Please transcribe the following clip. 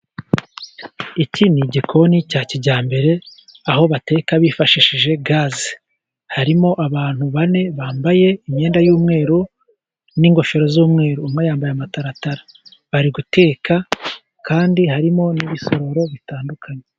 Iki ni igikoni cya kijyambere aho bateka bifashishije gaze. Harimo abantu bane bambaye imyenda y'umweru n'ingofero z'umweru. Umwe yambaye amataratara bari guteka kandi harimo n'ibisorori bitandukanye.